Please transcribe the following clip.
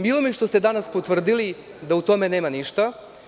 Milo mi je što ste danas potvrdili da u tome nema ništa.